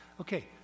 Okay